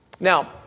Now